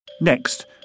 Next